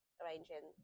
arranging